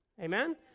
amen